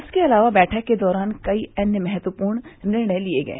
इसके अलावा बैठक के दौरान कई अन्य महत्वपूर्ण निर्णय लिये गये